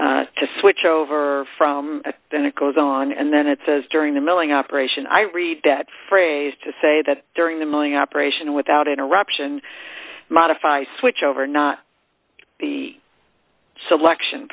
to switch over from then it goes on and then it says during the milling operation i read that phrase to say that during the milling operation without interruption modify switch over not the selection